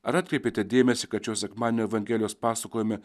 ar atkreipėte dėmesį kad šio sekmadienio evangelijos pasakojime